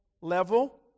level